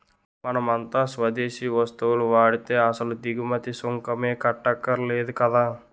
మనమంతా స్వదేశీ వస్తువులు వాడితే అసలు దిగుమతి సుంకమే కట్టక్కర్లేదు కదా